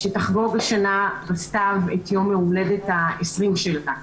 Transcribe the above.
שתחגוג השנה בסתיו את יום ההולדת ה-20 שלה.